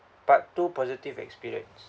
part two positive experience